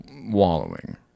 wallowing